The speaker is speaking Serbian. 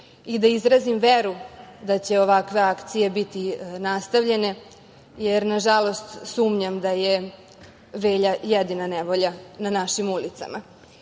i da izrazim veru da će ovakve akcije biti nastavljene, jer nažalost, sumnjam da je Velja jedina nevolja na našim ulicama. Da